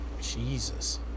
Jesus